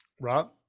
Rob